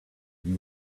you